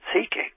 seeking